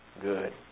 Good